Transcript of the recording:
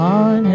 on